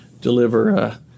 deliver